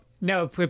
no